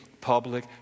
public